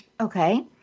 Okay